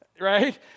right